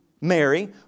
Mary